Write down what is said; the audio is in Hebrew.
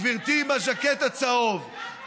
גברתי עם הז'קט הצהוב,